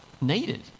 needed